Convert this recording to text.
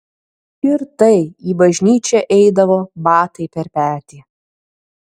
ir tai į bažnyčią eidavo batai per petį